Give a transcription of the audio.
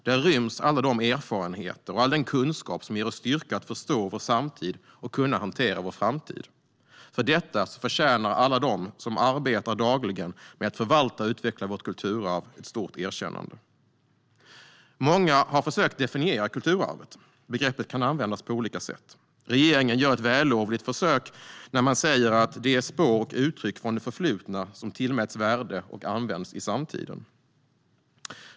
Där ryms alla de erfarenheter och all den kunskap som ger oss styrka att förstå vår samtid och hantera vår framtid. För detta förtjänar alla de som dagligen arbetar med att förvalta och utveckla vårt kulturarv ett stort erkännande. Många har försökt definiera kulturarvet. Begreppet kan användas på olika sätt. Regeringen gör ett vällovligt försök när man säger att det är "spår och uttryck från det förflutna som tillskrivs värde och används i samtiden".